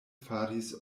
faris